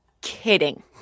kidding